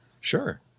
Sure